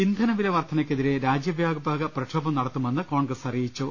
ഇന്ധന വിലവർദ്ധനയ്ക്കെതിരെ രാജ്യവ്യാപക പ്രക്ഷോഭം നടത്തുമെന്ന് കോൺഗ്രസ് അറിയിച്ചു